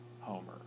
Homer